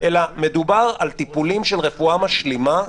אלא מדובר על טיפולים של רפואה משלימה,